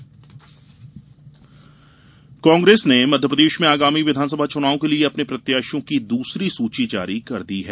कांग्रेस सूची कांग्रेस ने मध्यप्रदेश में आगामी विधानसभा चुनाव के लिए अपने प्रत्याशियों की दूसरी सूची जारी कर दी है